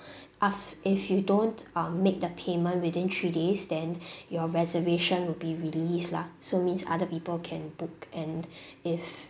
af~ if you don't um make the payment within three days then your reservation will be released lah so means other people can book and if